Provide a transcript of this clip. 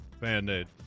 band-aid